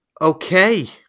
Okay